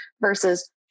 versus